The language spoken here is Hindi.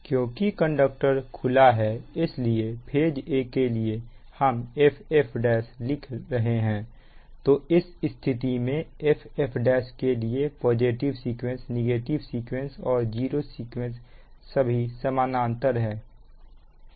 क्योंकि कंडक्टर खुला है इसलिए फेज a के लिए हम F F1 लिख रहे हैं तो इस स्थिति में F F1 के लिए पॉजिटिव सीक्वेंस नेगेटिव सीक्वेंस और जीरो सीक्वेंस सभी समानांतर है